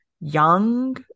young